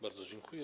Bardzo dziękuję.